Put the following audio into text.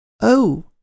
Oh